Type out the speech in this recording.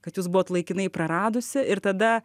kad jūs buvot laikinai praradusi ir tada